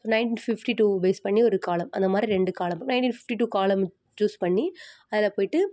nineteen fifty two base பண்ணி ஒரு காலம் அந்த மாதிரி ரெண்டு காலம் நயன்ட்டின் ஃபிஃப்ட்டி டூ காலம் சூஸ் பண்ணி அதில் போயிட்டு